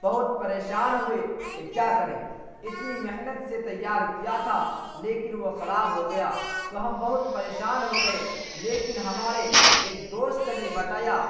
بہت پریشان ہوئے کہ کیا کریں اتنی محنت سے تیار کیا تھا لیکن وہ خراب ہو گیا تو ہم بہت پریشان ہو گئے لیکن ہمارے ایک دوست نے بتایا